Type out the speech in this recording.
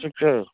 ठीक छै